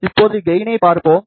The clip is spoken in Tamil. இப்போதுகெயினை பார்ப்போம்